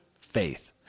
faith